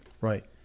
Right